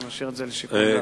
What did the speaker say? אני משאיר את זה לשיקול דעת.